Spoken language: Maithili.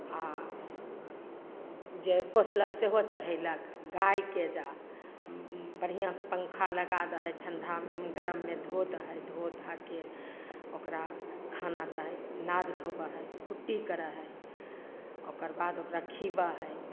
आ जे पोसलक सेहो चढ़ैलक गायके एहिजा बढ़िआँसँ पङ्खा लगा दे हइ ठंडामे गरममे धो दे हइ धो धाके ओकरा खाना दे हइ नाद धोबऽ हइ कुट्टी करऽ हइ ओकर बाद ओकरा खीअबऽ हइ